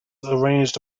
arranged